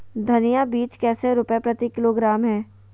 धनिया बीज कैसे रुपए प्रति किलोग्राम है?